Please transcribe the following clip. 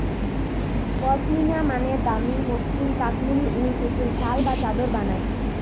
পশমিনা মানে দামি মসৃণ কাশ্মীরি উল থেকে শাল বা চাদর বানায়